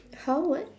how what